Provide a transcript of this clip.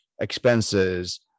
expenses